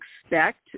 expect